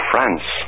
France